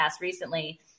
recently